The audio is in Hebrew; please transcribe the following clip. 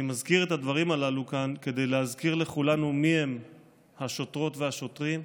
אני מזכיר את הדברים הללו כאן כדי להזכיר לכולנו מיהם השוטרות והשוטרים,